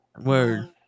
Word